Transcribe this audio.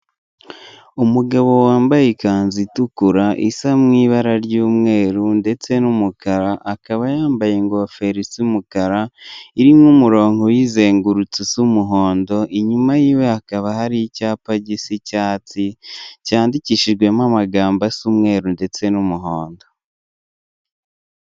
Umugabo wambaye ikanzu itukura, isa mu ibara ry'umweru ndetse n'umukara, akaba yambaye ingofero isa umukara irimo umurongo uyizengurutse usa umuhondo, inyuma y'iwe hakaba hari icyapa gisa icyatsi, cyandikishijwemo amagambo asa umweru ndetse n'umuhondo.